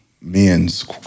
men's